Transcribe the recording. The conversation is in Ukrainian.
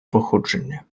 походження